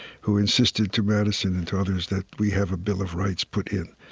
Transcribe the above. who insisted to madison and to others that we have a bill of rights put in.